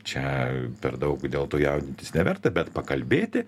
čia per daug dėl to jaudintis neverta bet pakalbėti